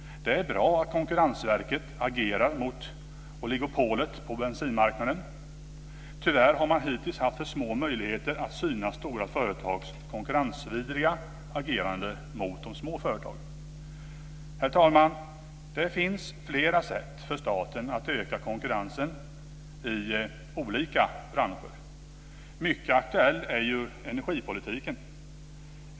Det är bra att Konkurrensverket agerar mot oligopolet på bensinmarknaden. Tyvärr har man hittills haft för små möjligheter att syna stora företags konkurrensvidriga agerande mot de små företagen. Herr talman! Det finns flera sätt för staten att öka konkurrensen i olika branscher. Mycket aktuell är energipolitiken.